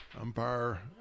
umpire